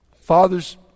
Fathers